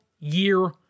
Year